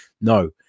No